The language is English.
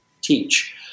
teach